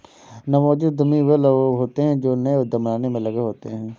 नवोदित उद्यमी वे लोग होते हैं जो नए उद्यम बनाने में लगे होते हैं